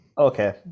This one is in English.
Okay